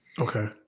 Okay